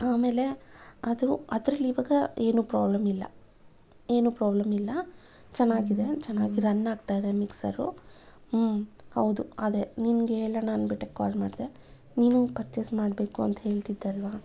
ಆಮೇಲೆ ಅದು ಅದ್ರಲ್ಲಿ ಇವಾಗ ಏನು ಪ್ರಾಬ್ಲೆಮ್ ಇಲ್ಲ ಏನು ಪ್ರಾಬ್ಲೆಮ್ ಇಲ್ಲ ಚೆನ್ನಾಗಿ ಇದೆ ಚೆನ್ನಾಗಿ ರನ್ ಆಗ್ತಾ ಇದೆ ಮಿಕ್ಸರು ಹ್ಞೂ ಹೌದು ಅದೇ ನಿನ್ಗೆ ಹೇಳೋಣ ಅನ್ಬಿಟ್ಟೆ ಕಾಲ್ ಮಾಡಿದೆ ನೀನೂ ಪರ್ಚೆಸ್ ಮಾಡಬೇಕು ಅಂತ ಹೇಳ್ತಿದ್ದಲ್ವ